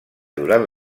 durant